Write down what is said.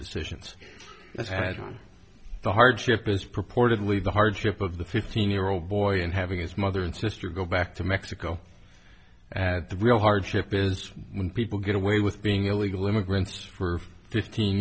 decisions that had the hardship is purportedly the hardship of the fifteen year old boy and having his mother and sister go back to mexico at the real hardship is when people get away with being illegal immigrants for fifteen